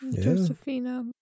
Josephina